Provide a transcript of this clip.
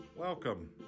Welcome